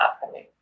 happening